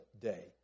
day